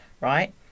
Right